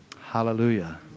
Hallelujah